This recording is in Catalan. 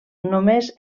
només